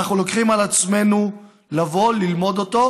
אנחנו לוקחים על עצמנו ללמוד את הנושא